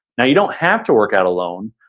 now you don't have to work out alone,